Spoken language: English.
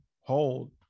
hold